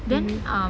mmhmm